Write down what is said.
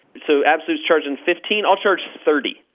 so absolut's charging fifteen. i'll charge thirty.